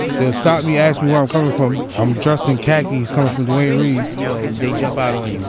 they would stop me, ask me where i'm coming from. i'm dressed in khakis comin' from duane reade. you know, they jump out on you.